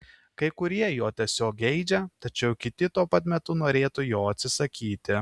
kai kurie jo tiesiog geidžia tačiau kiti tuo pat metu norėtų jo atsisakyti